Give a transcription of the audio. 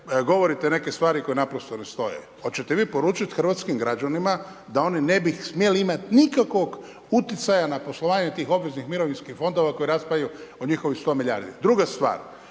govorite neke stvari koji naprosto ne stoje. Hoćete vi poručiti hrvatskim građanima, da oni ne bi smijali imati nikakvog utjecaja na poslovanje tih obveznih mirovinskih fondova, koje …/Govornik se ne razumije./… o njihovih 100 milijardi. Druga stvar,